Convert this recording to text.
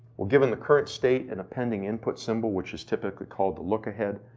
well given the current state and a pending input symbol which is typically called the lookahead,